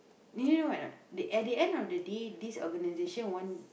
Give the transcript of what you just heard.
do you know what or not the at the end of day this organisation want